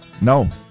No